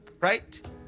right